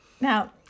Now